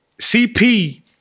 CP